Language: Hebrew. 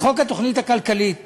בחוק התוכנית הכלכלית